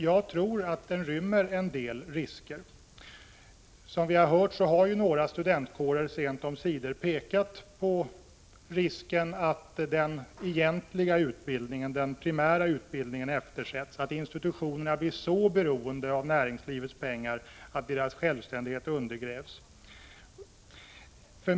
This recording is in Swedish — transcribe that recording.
Jag tror att den rymmer en del risker. Som vi har hört har några studentkårer sent omsider pekat på risken att den egentliga utbildning en, den primära utbildningen, eftersätts och att institutionerna blir så beroende av näringslivets pengar att deras självständighet undergrävs.